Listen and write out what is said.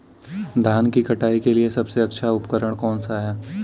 धान की कटाई के लिए सबसे अच्छा उपकरण कौन सा है?